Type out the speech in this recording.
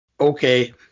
Okay